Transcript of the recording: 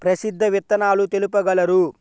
ప్రసిద్ధ విత్తనాలు తెలుపగలరు?